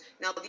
Now